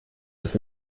ist